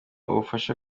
ubufasha